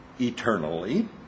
eternally